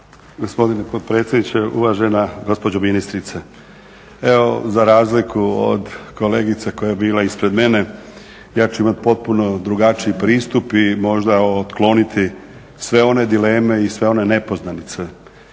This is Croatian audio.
Gospodine potpredsjedniče, uvažena gospođo ministrice. Evo za razliku od kolegice koja je bila ispred mene ja ću imat potpuno drugačiji pristupi i možda otkloniti sve one dileme i sve one nepoznanice.